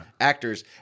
actors